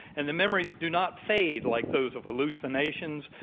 and the memories do not fade like those of hallucinations,